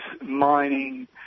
mining